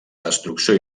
destrucció